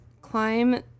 climb